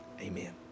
amen